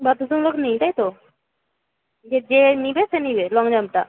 বাধ্যতামূলক নেই তাই তো যে নেবে সে নেবে লঙ জাম্পটা